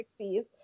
60s